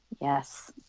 Yes